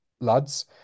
lads